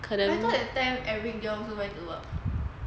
I thought that time eric they all also went to work